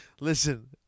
Listen